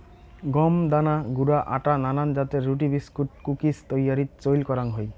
গম দানা গুঁড়া আটা নানান জাতের রুটি, বিস্কুট, কুকিজ তৈয়ারীত চইল করাং হই